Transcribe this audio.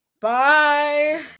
Bye